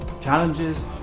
challenges